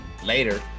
Later